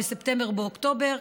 בספטמבר או באוקטובר.